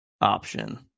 option